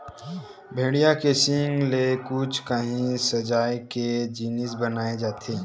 भेड़िया के सींग ले कुछु काही सजाए के जिनिस बनाए जाथे